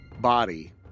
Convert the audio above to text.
body